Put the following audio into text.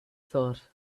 thought